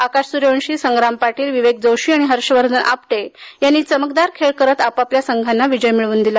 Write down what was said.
आकाश स्र्यवंशी संग्राम पाटील विवेक जोशी आणि हर्षवर्धन आपटे यांनी चमकदार खेळ करत आपापल्या संघांना विजय मिळवून दिला